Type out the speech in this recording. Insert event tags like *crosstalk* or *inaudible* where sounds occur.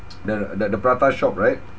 *noise* the the the prata shop right